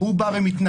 ואני מבינה